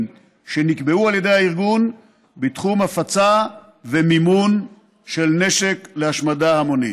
שנקבעו על ידי הארגון בתחום הפצה ומימון של נשק להשמדה המונית.